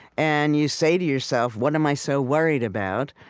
and you say to yourself, what am i so worried about?